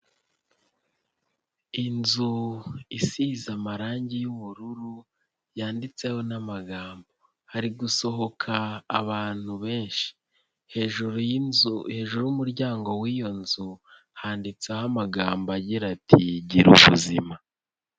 Inzu isize amarangi y'ubururu, yanditseho n'amagambo, hari gusohoka abantu benshi, hejuru y'inzu hejuru y'umuryango w'iyo nzu, handitseho amagambo agira ati gira ubuzima.